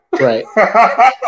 Right